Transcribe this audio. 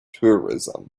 tourism